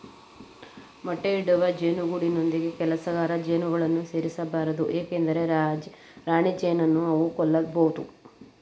ಮೊಟ್ಟೆ ಇಡುವ ಜೇನು ಗೂಡಿನೊಂದಿಗೆ ಕೆಲಸಗಾರ ಜೇನುಗಳನ್ನು ಸೇರಿಸ ಬಾರದು ಏಕೆಂದರೆ ರಾಣಿಜೇನನ್ನು ಅವು ಕೊಲ್ಲಬೋದು